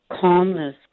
calmness